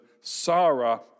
Sarah